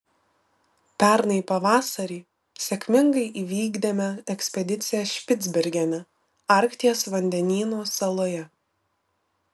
pernai pavasarį sėkmingai įvykdėme ekspediciją špicbergene arkties vandenyno saloje